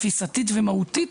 תפיסתית ומהותית,